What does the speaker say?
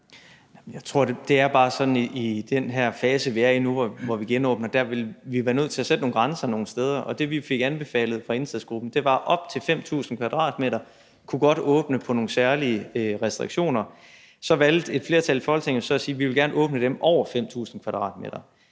Jeg tror, det bare er sådan i den her fase, vi er i nu, hvor vi genåbner, at vi vil være nødt til at sætte nogle grænser nogle steder, og det, vi fik anbefalet fra indsatsgruppen, var, at butikker op til 5.000 m² godt kunne åbne under nogle særlige restriktioner. Så valgte et flertal i Folketinget at sige, at man gerne vil åbne dem over 5.000 m²,